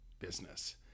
business